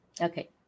okay